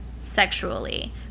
sexually